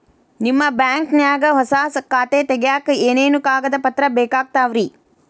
ನಿಮ್ಮ ಬ್ಯಾಂಕ್ ನ್ಯಾಗ್ ಹೊಸಾ ಖಾತೆ ತಗ್ಯಾಕ್ ಏನೇನು ಕಾಗದ ಪತ್ರ ಬೇಕಾಗ್ತಾವ್ರಿ?